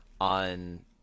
on